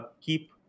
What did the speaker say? keep